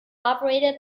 operated